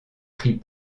pris